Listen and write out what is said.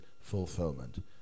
fulfillment